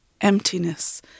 emptiness